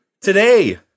Today